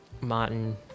Martin